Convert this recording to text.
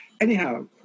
Anyhow